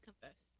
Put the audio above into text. confess